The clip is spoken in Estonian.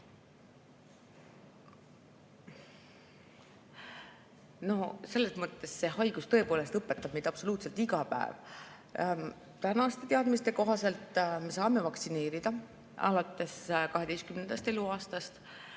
paremini teha? See haigus tõepoolest õpetab meid absoluutselt iga päev. Tänaste teadmiste kohaselt me saame vaktsineerida alates 12. eluaastast,